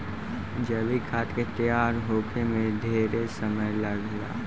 जैविक खाद के तैयार होखे में ढेरे समय लागेला